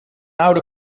oude